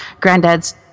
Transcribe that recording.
granddad's